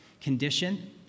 condition